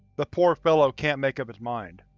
the poor fellow can't make up his mind.